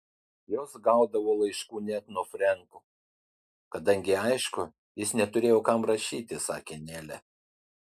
jos gaudavo laiškų net nuo frenko kadangi aišku jis neturi kam rašyti sakė nelė